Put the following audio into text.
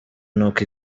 n’uko